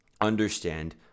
understand